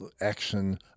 action